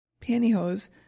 pantyhose